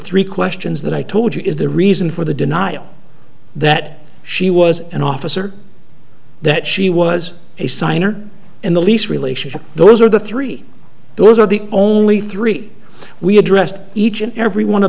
three questions that i told you is the reason for the denial that she was an officer that she was a signer in the lease relationship those are the three those are the only three we addressed each and every one of